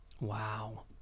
Wow